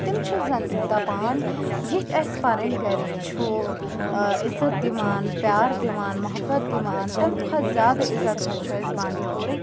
تِم چھِ زَن دَپان یِتھۍ اسہِ پَنٕنۍ گھرِکۍ چھُ ٲں عِزت دِوان پیار دِوان محبت دِوان تَمہِ کھۄتہٕ زیادٕ عِزت حظ چھُ اسہِ بانٛڈی پوراہٕکۍ